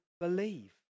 believe